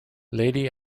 lady